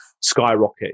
skyrocket